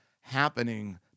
happening